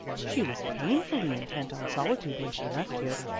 she was painfully intent on solitude when she left here.